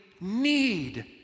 need